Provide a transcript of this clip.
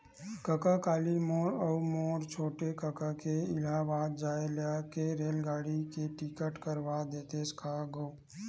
कका काली मोर अऊ मोर छोटे कका के इलाहाबाद जाय के रेलगाड़ी के टिकट करवा देतेस का गो